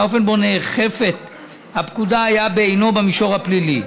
והאופן שבו נאכפת הפקודה היה בעינו במישור הפלילי.